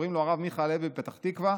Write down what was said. קוראים לו הרב מיכה הלוי מפתח תקווה.